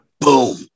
boom